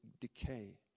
decay